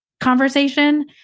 conversation